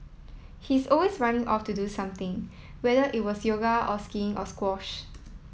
he was always running off to do something whether it was yoga or skiing or squash